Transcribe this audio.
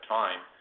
time